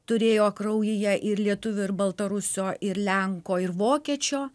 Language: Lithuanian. turėjo kraujyje ir lietuvio ir baltarusio ir lenko ir vokiečio